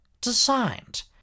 designed